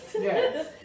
Yes